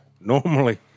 Normally